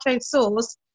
sauce